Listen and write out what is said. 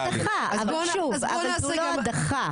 אבל זו לא הדחה, אבל שוב זו לא הדחה.